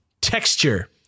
texture